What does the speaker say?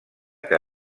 que